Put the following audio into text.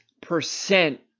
percent